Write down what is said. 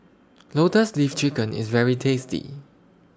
Lotus Leaf Chicken IS very tasty